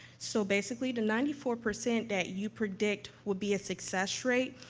so, basically, the ninety four percent that you predict will be a success rate.